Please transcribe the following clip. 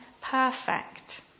perfect